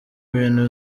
bintu